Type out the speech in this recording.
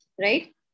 right